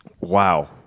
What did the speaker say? Wow